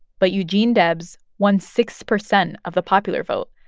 but eugene debs won six percent of the popular vote,